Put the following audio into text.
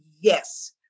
Yes